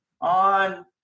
on